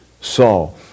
Saul